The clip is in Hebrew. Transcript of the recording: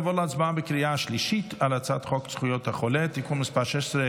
נעבור להצבעה בקריאה השלישית על הצעת חוק זכויות החולה (תיקון מס' 16),